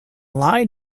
lie